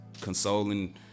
consoling